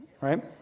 right